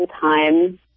time